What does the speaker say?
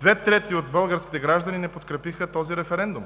две трети от българските граждани не подкрепиха този референдум.